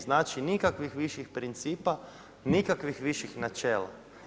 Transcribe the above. Znači nikakvih viših principa, nikakvih viših načela.